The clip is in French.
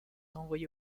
envoyé